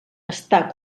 està